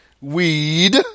weed